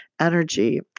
energy